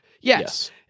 Yes